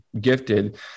gifted